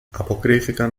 αποκρίθηκαν